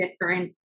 different